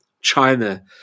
China